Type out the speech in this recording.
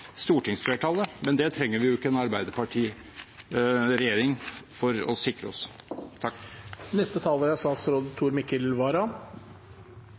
stortingsflertallet, men det trenger vi jo ikke en Arbeiderparti-regjering for å sikre oss. Denne regjeringen har ført en forutsigbar og rettferdig innvandringspolitikk. Etter migrasjonsbølgen i 2015 er